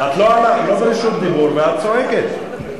את לא ברשות דיבור ואת צועקת.